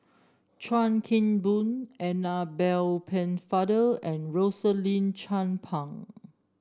Chuan Keng Boon Annabel Pennefather and Rosaline Chan Pang